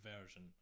version